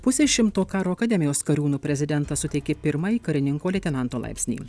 pusė šimto karo akademijos kariūnų prezidentas suteikė pirmąjį karininko leitenanto laipsnį